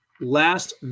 last